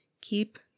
keep